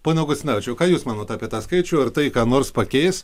pone augustinavičiau ką jūs manot apie tą skaičių ir tai ką nors pakeis